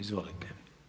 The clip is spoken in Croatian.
Izvolite.